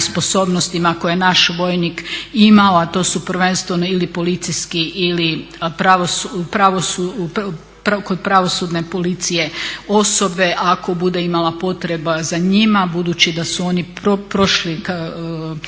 sposobnostima koje naš vojnik ima, a to su prvenstveno ili policijski ili kod pravosudne policije osobe, ako bude imala potreba za njima budući da su oni prošli